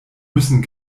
müssen